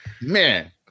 Man